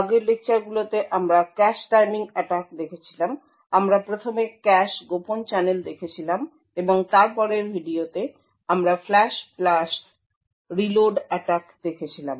আগের লেকচারগুলোতে আমরা ক্যাশ টাইমিং অ্যাটাক দেখেছিলাম আমরা প্রথমে ক্যাশ গোপন চ্যানেল দেখেছিলাম এবং তারপরের ভিডিওতে আমরা ফ্লাশ রিলোড অ্যাটাক দেখেছিলাম